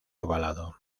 ovalado